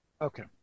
Okay